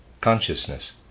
consciousness